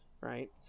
right